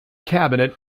cabinet